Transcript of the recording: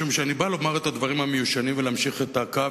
משום שאני בא לומר את הדברים המיושנים ולהמשיך את הקו